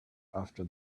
after